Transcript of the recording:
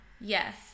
Yes